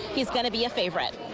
he's going to be a favorite.